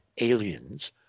aliens